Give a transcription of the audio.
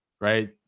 right